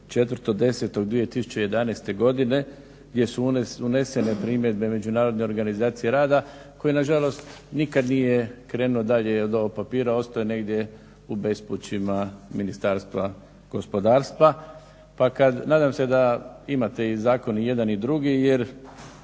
4.10.2011. godine gdje su unesene primjedbe Međunarodne organizacije rada koji nažalost nikad nije krenuo dalje od ovog papira, ostao je negdje u bespućima Ministarstva gospodarstva. Pa kad, nadam se da imate i zakon i jedan i drugi, jer